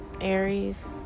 Aries